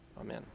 Amen